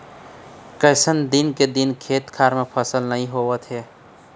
कइसे दिन के दिन खेत खार म फसल नइ होवत हे